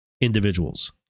individuals